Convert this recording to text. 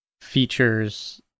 features